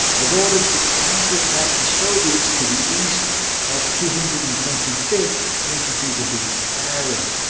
was ordered to counterattack the soviets to the east of two hundred and twenty fifth infantry division's area.